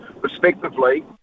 respectively